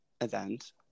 event